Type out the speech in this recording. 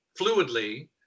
fluidly